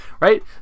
Right